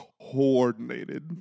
coordinated